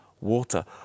water